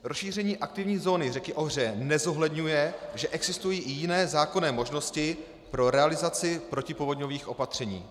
Rozšíření aktivní zóny řeky Ohře nezohledňuje, že existují i jiné zákonné možnosti pro realizaci protipovodňových opatření.